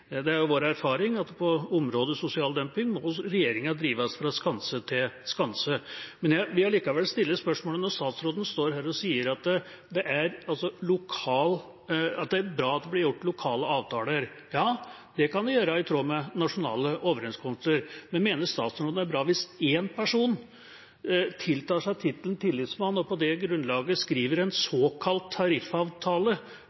Det er vår erfaring at på området sosial dumping må regjeringa drives fra skanse til skanse. Men jeg vil allikevel stille spørsmålet når statsråden står her og sier at det er bra at det blir gjort lokale avtaler: Ja, det kan vi gjøre i tråd med nasjonale overenskomster, men mener statsråden det er bra hvis én person tiltar seg tittelen tillitsmann og på det grunnlaget skriver en